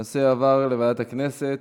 הנושא יועבר לוועדת הכנסת.